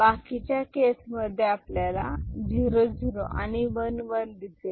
बाकीच्या केस मध्ये आपल्याला 0 0 आणि 1 1 दिसेल